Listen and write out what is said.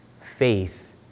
Faith